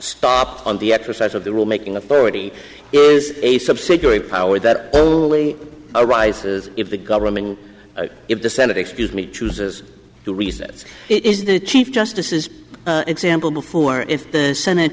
stopped on the exercise of the rule making authority is a subsidiary power that only arises if the government if the senate excuse me toos is to recess it is the chief justice's example before if the senate